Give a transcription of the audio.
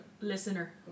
listener